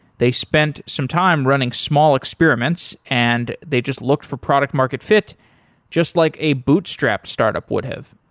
they spent some time running small experiments and they just looked for product market fit just like a bootstrap startup would have.